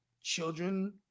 children